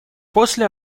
после